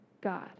God